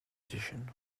position